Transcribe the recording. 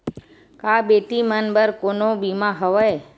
का बेटी मन बर कोनो बीमा हवय?